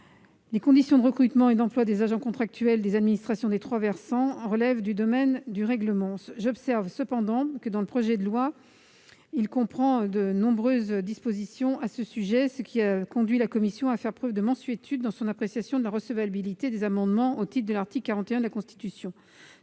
Les conditions de recrutement et d'emploi des agents contractuels des administrations des trois versants relèvent du domaine du règlement. J'observe cependant que le projet de loi comprend de nombreuses dispositions à ce sujet, ce qui a conduit la commission à faire preuve de mansuétude dans son appréciation de la recevabilité des amendements au titre de l'article 41 de la Constitution.